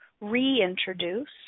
reintroduce